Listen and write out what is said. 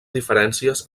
diferències